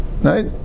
Right